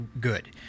good